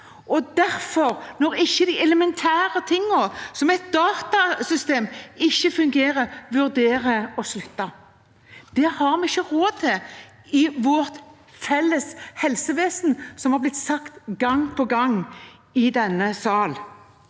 tøft, og når de elementære tingene, som et datasystem, ikke fungerer, vurderer de å slutte. Det har vi ikke råd til i vårt felles helsevesen, som det er blitt sagt gang på gang i denne sal.